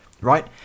Right